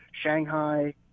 Shanghai